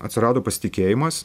atsirado pasitikėjimas